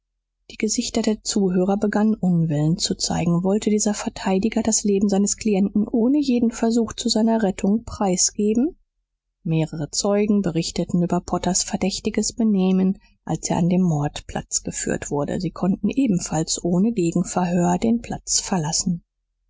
die gesichter der zuhörer begannen unwillen zu zeigen wollte dieser verteidiger das leben seines klienten ohne jeden versuch zu seiner rettung preisgeben mehrere zeugen berichteten über potters verdächtiges benehmen als er an den mordplatz geführt wurde sie konnten ebenfalls ohne gegenverhör den platz verlassen